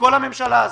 לכל הממשלה הזאת,